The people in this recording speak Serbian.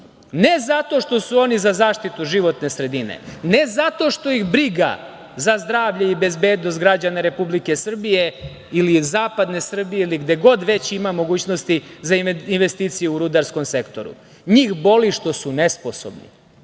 ne zato što su oni za zaštitu životne sredine, ne zato što ih briga za zdravlje i bezbednost građana Republike Srbije ili zapadne Srbije ili gde god već ima mogućnosti za investicije u rudarskom sektoru. Njih boli što su nesposobni,